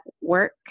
work